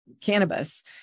cannabis